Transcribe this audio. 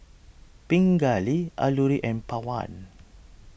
Pingali Alluri and Pawan